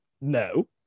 no